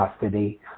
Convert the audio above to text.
custody